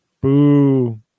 Boo